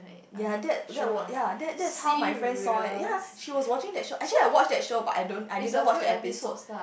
ya that that was ye that that is how my friend saw it ye she was watching that show actually I watch that show but I don't I didn't watch that episode